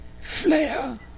flare